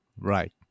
Right